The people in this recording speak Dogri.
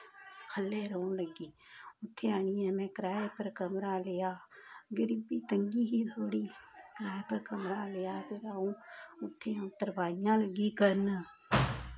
ख'ल्लै रौह्न लग्गी उ'त्थें आनियै में कराए पर कमरा लेआ गरीबी तंगी ही थोह्ड़ी कराए पर कमरा लेआ ते अ'ऊं उ'त्थें अ'ऊं तरपाइयां लग्गी करन